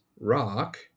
rock